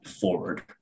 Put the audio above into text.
forward